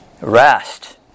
Rest